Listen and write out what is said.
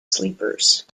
sleepers